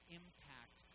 impact